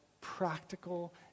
practical